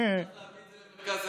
צריך להביא את זה למרכז הליכוד,